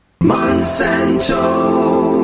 Monsanto